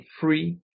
free